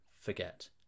forget